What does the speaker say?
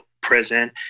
prison